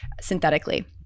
synthetically